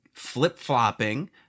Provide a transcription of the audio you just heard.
flip-flopping